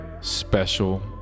special